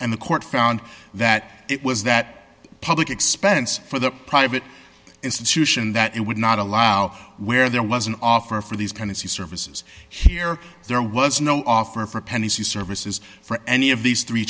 and the court found that it was that public expense for the private institution that it would not allow where there was an offer for these kind of services here there was no offer for penny services for any of these three